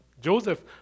Joseph